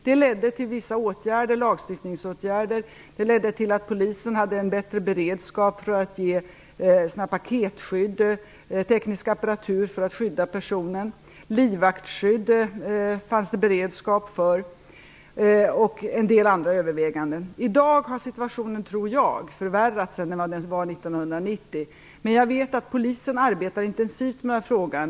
Det ledde till vissa lagstiftningsåtgärder och till att polisen hade en bättre beredskap för att ge paketskydd, med teknisk apparatur för att skydda personer och livvaktsskydd, samt till en del andra överväganden. I dag har situationen förvärrats jämfört med 1990, men jag vet att polisen arbetar intensivt med frågan.